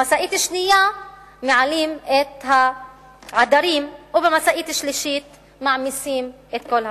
למשאית שנייה מעלים את העדרים ובמשאית שלישית מעמיסים את כל השאר.